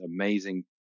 amazing